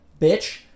Bitch